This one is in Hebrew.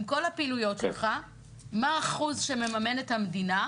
עם כל הפעילויות שלך, מה האחוז שממנת המדינה,